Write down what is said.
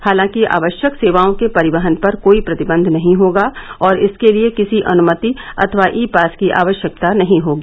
हालांकि आवश्यक सेवाओं के परिवहन पर कोई प्रतिबंध नहीं होगा और इसके लिए किसी अनुमति अथवा ई पास की आवश्यकता नहीं होगी